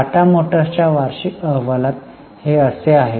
टाटा मोटर्सच्या वार्षिक अहवालात हे असे आहे